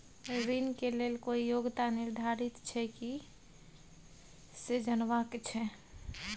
ऋण के लेल कोई योग्यता निर्धारित छै की से जनबा के छै?